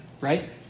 Right